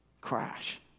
crash